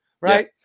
right